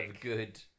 good